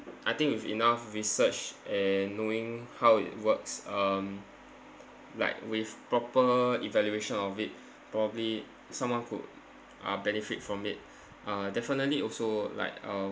I think with enough research and knowing how it works um like with proper evaluation of it probably someone could uh benefit from it uh definitely also like uh